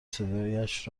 صدایش